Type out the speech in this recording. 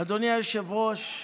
אדוני היושב-ראש,